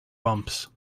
bumps